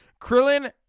Krillin